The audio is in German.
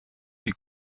die